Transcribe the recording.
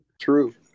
True